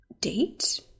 date